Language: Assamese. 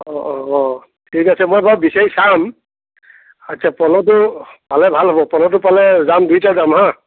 অঁ অঁ অঁ ঠিক আছে মই বাৰু বিচাৰি চাম আচ্চা পলহটো পালে ভাল হ'ব পলহটো পালে যাম দুয়োটা যাম হাঁ